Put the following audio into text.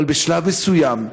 אבל בשלב מסוים,